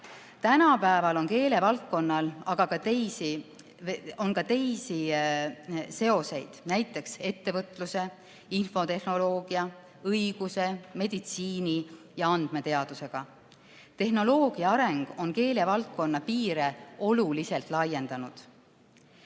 Tänapäeval on keelevaldkonnal aga ka teisi seoseid, näiteks ettevõtluse, infotehnoloogia, õiguse, meditsiini ja andmeteadusega. Tehnoloogia areng on keelevaldkonna piire oluliselt laiendanud.